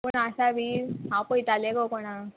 कोण आसा बीन हांव पयताले गो कोणाक